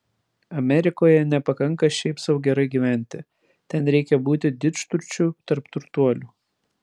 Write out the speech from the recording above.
amerikoje nepakanka šiaip sau gerai gyventi ten reikia būti didžturčiu tarp turtuolių